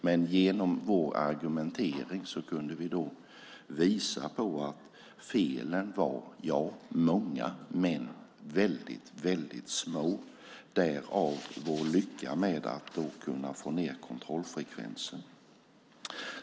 Men genom vår argumentering kunde vi visa att felen visserligen var många men väldigt små, och därav lyckades vi få ned kontrollfrekvensen.